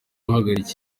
uhagarariye